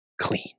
clean